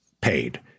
paid